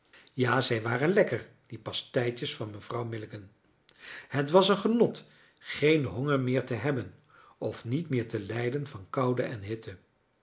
ja zij waren lekker die pasteitjes van mevrouw milligan het was een genot geen honger meer te hebben of niet meer te lijden van koude en hitte